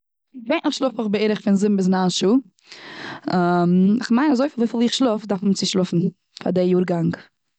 געווענדליך שלאף איך בערך פון זיבן ביז ניין שעה. כ'מיין אזויפיל ווי איך שלאף, דארף מען צו שלאפן און די יארגאנג.